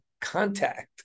contact